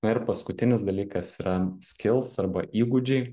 na ir paskutinis dalykas yra skils arba įgūdžiai